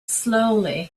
slowly